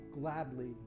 gladly